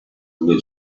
due